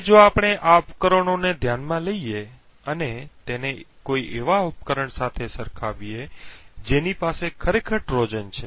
હવે જો આપણે આ ઉપકરણોને ધ્યાનમાં લઈએ અને તેને કોઈ એવા ઉપકરણ સાથે સરખાવીએ જેની પાસે ખરેખર ટ્રોજન છે